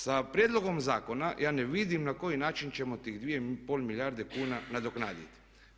Sa prijedlogom zakona ja ne vidim na koji način ćemo tih 2,5 milijarde kuna nadoknaditi.